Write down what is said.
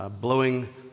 blowing